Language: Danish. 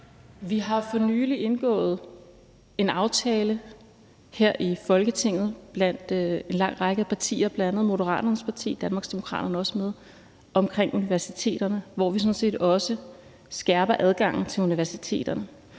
Vi har for nylig indgået en aftale her i Folketinget blandt en lang række partier, bl.a. Moderaterne, og Danmarksdemokraterne er også med, om universiteterne, hvor vi sådan set også skærper adgangskravene til universiteterne.